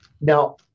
Now